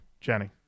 Jenny